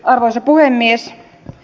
arvoisa puhemies